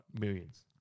Millions